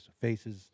faces